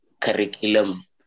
curriculum